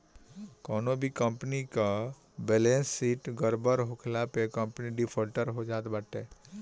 कवनो भी कंपनी कअ बैलेस शीट गड़बड़ होखला पे कंपनी डिफाल्टर हो जात बाटे